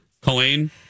Colleen